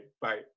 Bye